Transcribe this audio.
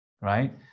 right